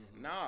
Nah